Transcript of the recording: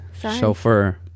Chauffeur